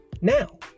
Now